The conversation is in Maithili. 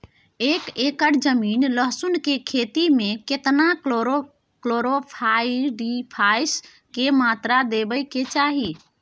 एक एकर जमीन लहसुन के खेती मे केतना कलोरोपाईरिफास के मात्रा देबै के चाही?